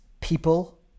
people